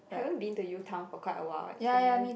haven't been to Utown for quite awhile actually